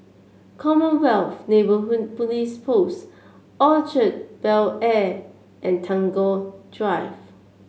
Commonwealth Neighbourhood Police Post Orchard Bel Air and Tagore Drive